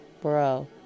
bro